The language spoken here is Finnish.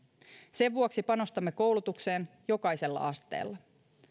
sen vuoksi panostamme koulutukseen jokaisella asteella